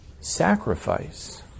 sacrifice